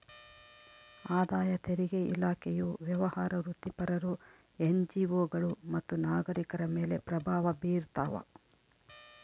ಆದಾಯ ತೆರಿಗೆ ಇಲಾಖೆಯು ವ್ಯವಹಾರ ವೃತ್ತಿಪರರು ಎನ್ಜಿಒಗಳು ಮತ್ತು ನಾಗರಿಕರ ಮೇಲೆ ಪ್ರಭಾವ ಬೀರ್ತಾವ